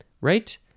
right